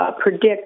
predict